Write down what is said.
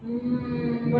mm